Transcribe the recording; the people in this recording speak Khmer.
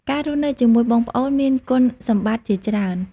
ការរស់នៅជាមួយបងប្អូនមានគុណសម្បត្តិជាច្រើន។